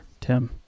tim